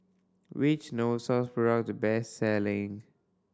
which Novosource product best selling